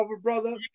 Brother